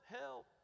help